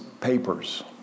papers